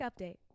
update